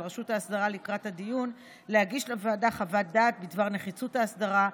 רשות האסדרה לקראת הדיון להגיש לוועדה חוות דעת בדבר נחיצות האסדרה,